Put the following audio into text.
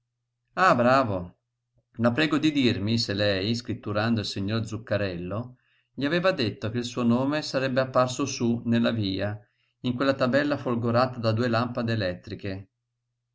ah bravo la prego di dirmi se lei scritturando il signor zuccarello gli aveva detto che il suo nome sarebbe apparso sú nella via in quella tabella folgorata da due lampade elettriche